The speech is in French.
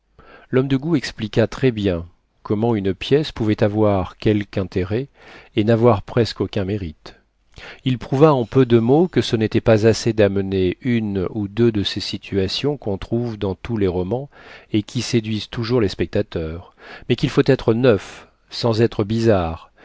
l'homme de goût expliqua très bien comment une pièce pouvait avoir quelque intérêt et n'avoir presque aucun mérite il prouva en peu de mots que ce n'était pas assez d'amener une ou deux de ces situations qu'on trouve dans tous les romans et qui séduisent toujours les spectateurs mais qu'il faut être neuf sans être bizarre